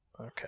okay